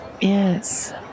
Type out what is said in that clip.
yes